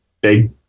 big